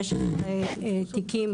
15 תיקים